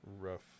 rough